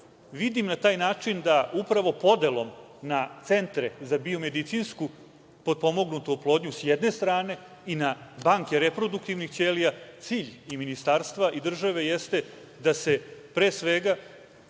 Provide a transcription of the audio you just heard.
vidim na taj način da upravo podelom na centre za biomedicinsku potpomognutu oplodnju, s jedne strane, i na banke reproduktivnih ćelija, cilj ministarstva i države jeste da se, pre svega,